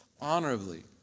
honorably